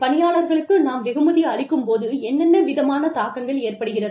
பணியாளர்களுக்கு நாம் வெகுமதி அளிக்கும் போது என்னென்ன விதமான தாக்கங்கள் ஏற்படுகிறது